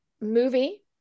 movie